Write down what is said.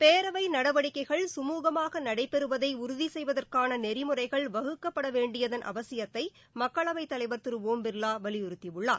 பேரவை நடவடிக்கைகள் சுமுகமாக நடைபெறுவதை உறுதி செய்வதற்கான நெறிமுறைகள் வகுக்கப்படவேண்டியதன் அவசியத்தை மக்களவை தலைவர் திரு ஒம் பிர்வா வலியுறுத்தி உள்ளார்